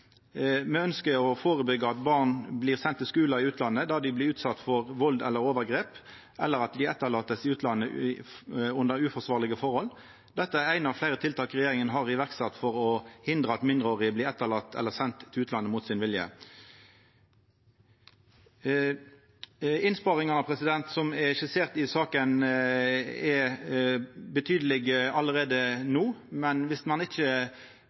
Me ønskjer å førebyggja at barn blir sende til skular i utlandet der dei blir utsette for vald eller overgrep, eller at dei blir etterlatne i utlandet under uforsvarlege forhold. Dette er eitt av fleire tiltak regjeringa har sett i verk for å hindra at mindreårige blir etterlatne eller sende til utlandet mot sin vilje. Innsparingane som er skisserte i saka, er betydelege allereie no, men viss ein ikkje